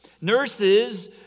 Nurses